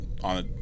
on